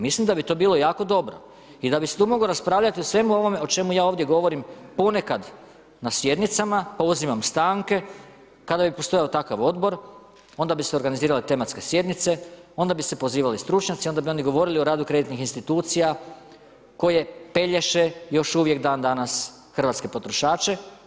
Mislim da bi to bilo jako dobro i da bi se tu moglo raspravljati o svemu ovome o čemu ja ovdje govorim ponekad na sjednicama, pozivam stanke, kada bi postojao takav odbor onda bi se organizirale tematske sjednice, onda bi se pozivali stručnjaci, onda bi oni govorili o radu kreditnih institucija, koje pelješe još uvijek dan danas hrvatske potrošače.